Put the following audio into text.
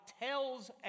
tells